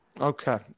okay